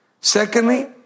Secondly